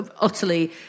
utterly